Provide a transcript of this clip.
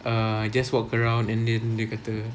err just walk around and then dia kata